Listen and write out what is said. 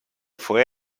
fue